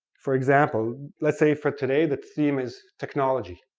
for example, let's say for today the theme is technology,